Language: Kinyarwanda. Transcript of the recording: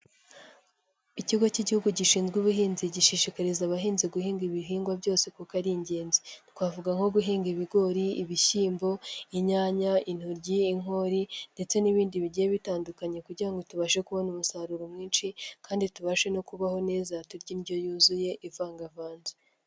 Iikigo cy'igihugu gishinzwe ubuhinzi gishishikariza abahinzi guhinga ibihingwa byose kuko ari ingenzi. Twavuga nko guhinga ibigori, ibishyimbo, inyanya, intoryi, inkori ndetse n'ibindi bigiye bitandukanye kugira ngo tubashe kubona umusaruro mwinshi kandi tubashe no kubaho neza turya indyo yuzuye ivangavanze.